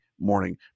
morning